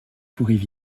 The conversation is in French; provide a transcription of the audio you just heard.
courraient